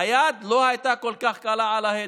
היד לא הייתה כל כך קלה על ההדק.